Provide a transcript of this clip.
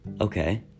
Okay